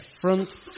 front